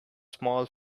small